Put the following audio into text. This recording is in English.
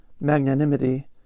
magnanimity